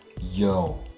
yo